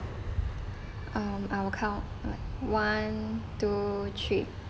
um I will count like one two three